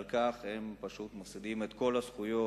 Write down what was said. על כך הם פשוט מפסידים את כל הזכויות